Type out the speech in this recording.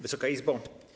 Wysoka Izbo!